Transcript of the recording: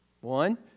One